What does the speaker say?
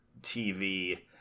TV